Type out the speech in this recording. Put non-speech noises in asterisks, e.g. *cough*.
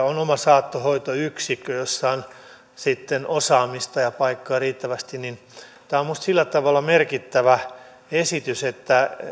*unintelligible* on oma saattohoitoyksikkö jossa on osaamista ja paikkoja riittävästi eli tämä on minusta sillä tavalla merkittävä esitys että